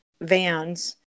vans